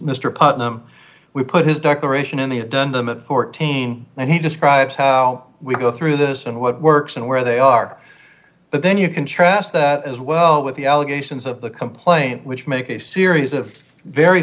mr putnam we put his declaration in the a done them at fourteen and he describes how we go through this and what works and where they are but then you contrast that as well with the allegations of the complaint which make a series of very